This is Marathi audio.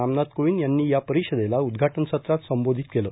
रामनाथ कोविंद यांनी या परिषदेला उद्घाटन सत्रात संबोधित केलं